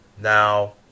Now